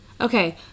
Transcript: Okay